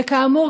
וכאמור,